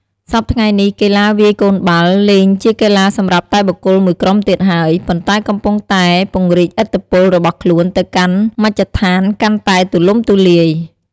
សព្វថ្ងៃនេះ កីឡាវាយកូនបាល់លែងជាកីឡាសម្រាប់តែបុគ្គលមួយក្រុមទៀតហើយ ប៉ុន្តែកំពុងតែពង្រីកឥទ្ធិពលរបស់ខ្លួនទៅកាន់មជ្ឈដ្ឋានកាន់តែទូលំទូលាយ។